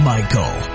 Michael